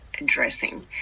addressing